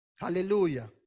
Hallelujah